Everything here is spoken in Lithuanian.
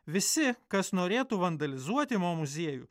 visi kas norėtų vandalizuoti mo muziejų